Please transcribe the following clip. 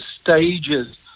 stages